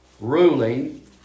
ruling